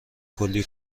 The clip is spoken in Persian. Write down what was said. کلی